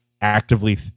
actively